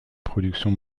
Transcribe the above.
production